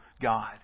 God